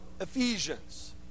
Ephesians